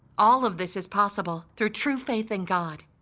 all of this is possible through true faith in god.